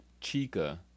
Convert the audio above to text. chica